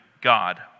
God